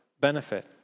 benefit